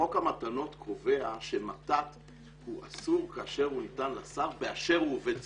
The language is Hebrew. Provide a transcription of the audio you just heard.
חוק המתנות קובע שמתת הוא אסור כאשר הוא ניתן לשר באשר הוא עובד ציבור.